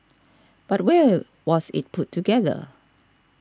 but where was it put together